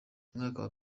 umwaka